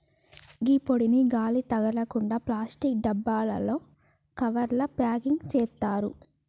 గీ పొడిని గాలి తగలకుండ ప్లాస్టిక్ డబ్బాలలో, కవర్లల ప్యాకింగ్ సేత్తారు